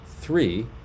three